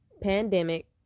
Pandemic